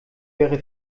wäre